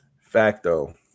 Facto